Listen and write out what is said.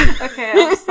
okay